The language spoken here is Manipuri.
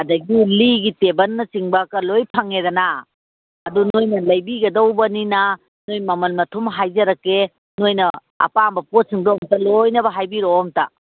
ꯑꯗꯒꯤ ꯂꯤꯒꯤ ꯇꯦꯕꯜꯅꯆꯤꯡꯕꯀ ꯂꯣꯏ ꯐꯪꯉꯦꯗꯅ ꯑꯗꯨ ꯅꯣꯏꯅ ꯂꯩꯕꯤꯒꯗꯧꯕꯅꯤꯅ ꯅꯣꯏ ꯃꯃꯜ ꯃꯊꯨꯝ ꯍꯥꯏꯖꯔꯛꯀꯦ ꯅꯣꯏꯅ ꯑꯄꯥꯝꯕ ꯄꯣꯠꯁꯤꯡꯗꯣ ꯑꯝꯇ ꯂꯣꯏꯅꯕ ꯍꯥꯏꯕꯤꯔꯛꯑꯣ ꯑꯝꯇ